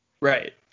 Right